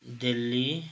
Delhi